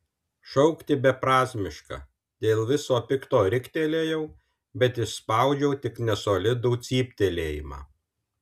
šaukti beprasmiška dėl viso pikto riktelėjau bet išspaudžiau tik nesolidų cyptelėjimą